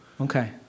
Okay